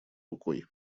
рукой